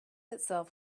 itself